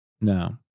no